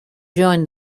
join